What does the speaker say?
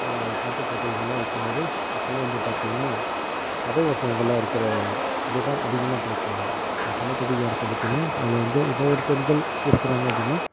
இப்போது பாட்டுப் போட்டி இதெல்லாம் வெக்கும்போது அப்போலாம் வந்து பார்த்தீங்கன்னா கதை வசனங்கள்லாம் இருக்கிற இதுதான் அதிகமா பேசுவாங்க இப்போ சிலப்பதிகாரத்தில் பார்த்தீங்னா அதில் வந்து ஏதோ ஒரு பெண்கள் இருக்கிறாங்க அப்படின்னா